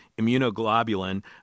immunoglobulin